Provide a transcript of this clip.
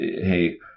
hey